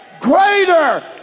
Greater